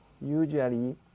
usually